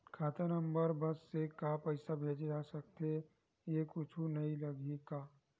खाता नंबर बस से का पईसा भेजे जा सकथे एयू कुछ नई लगही का?